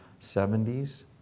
70s